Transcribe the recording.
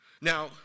Now